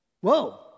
Whoa